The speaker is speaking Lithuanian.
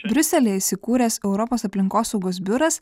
briuselyje įsikūręs europos aplinkosaugos biuras